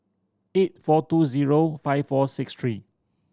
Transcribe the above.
eight four two zero five four six three